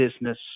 business